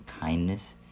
kindness